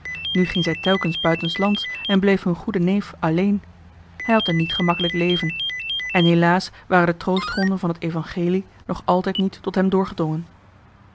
nu ging zij telkens buitenslands en bleef hun goede neef alleen hij had een niet gemakkelijk leven en helaas waren de troostgronden van het evangelie nog altijd niet tot hem doorgedrongen